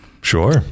Sure